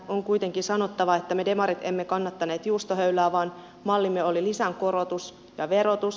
on kuitenkin sanottava että me demarit emme kannattaneet juustohöylää vaan mallimme oli lisän korotus ja verotus